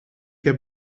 heb